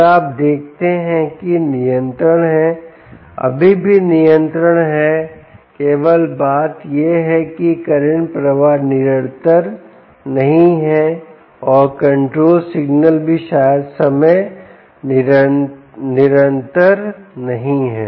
और आप देखते हैं कि नियंत्रण है अभी भी नियंत्रण है केवल बात यह है कि करंट प्रवाह निरंतर नहीं है और कंट्रोल सिगनल भी शायद समय निरंतर नहीं है